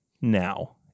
now